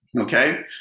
okay